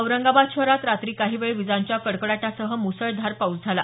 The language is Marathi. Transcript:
औरंगाबाद शहरात रात्री काही वेळ विजांच्या कडकडाटासह मुसळधार पाऊस झाला